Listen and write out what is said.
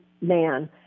man